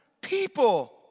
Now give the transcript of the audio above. people